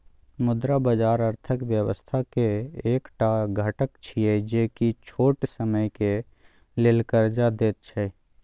मुद्रा बाजार अर्थक व्यवस्था के एक टा घटक छिये जे की छोट समय के लेल कर्जा देत छै